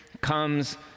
comes